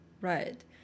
Right